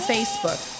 Facebook